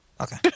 Okay